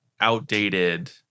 outdated